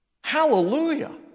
Hallelujah